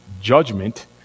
judgment